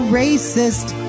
racist